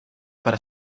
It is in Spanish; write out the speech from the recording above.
para